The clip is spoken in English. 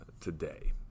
today